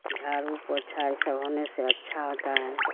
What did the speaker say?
جھاڑو پوچھا یہ سب ہونے سے اچھا ہوتا ہے